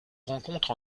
rencontre